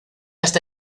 está